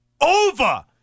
over